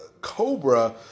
cobra